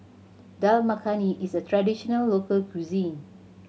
Dal Makhani is a traditional local cuisine